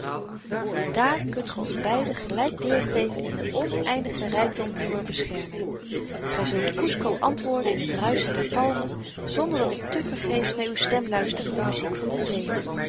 daar kunt ge ons beiden gelyk deel geven in den oneindigen rykdom uwer bescherming gy zult kusco antwoorden in t ruischen der palmen zonder dat ik te vergeefs naar uw stem luister in de muziek van de zee